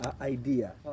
idea